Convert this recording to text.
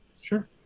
Sure